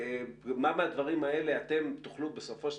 מה מהדברים האלה אתם תוכלו בסופו של